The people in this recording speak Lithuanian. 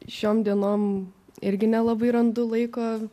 šiom dienom irgi nelabai randu laiko